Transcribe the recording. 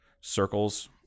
circles